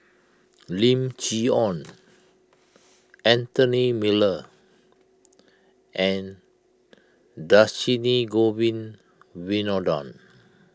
Lim Chee Onn Anthony Miller and Dhershini Govin Winodan